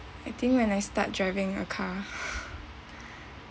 I think when I start driving a car